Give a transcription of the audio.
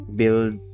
build